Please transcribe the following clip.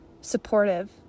supportive